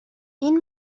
این